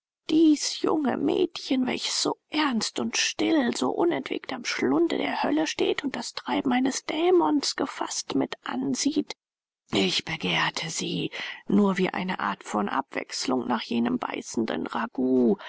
dies junge mädchen welches so ernst und still so unentwegt am schlunde der hölle steht und das treiben eines dämons gefaßt mit ansieht ich begehrte sie nur wie eine art von abwechselung nach jenem beißenden ragout